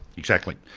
exactly.